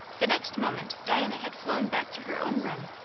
the next moment diana had flown back to her own room,